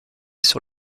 sur